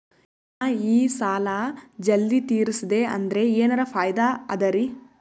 ನಾ ಈ ಸಾಲಾ ಜಲ್ದಿ ತಿರಸ್ದೆ ಅಂದ್ರ ಎನರ ಫಾಯಿದಾ ಅದರಿ?